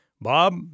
Bob